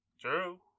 True